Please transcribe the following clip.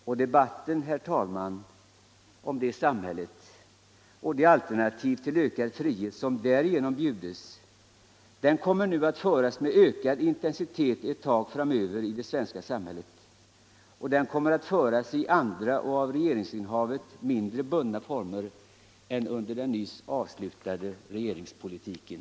Och debatten, herr talman, om det samhället och det alternativ till ökad frihet som därigenom bjuds, den kommer nu att föras med ökad intensitet ett tag framöver i det svenska samhället. Och den kommer att föras i andra och av regeringsinnehavet mindre bundna former än under den nyss avslutade regeringsperioden.